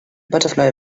butterfly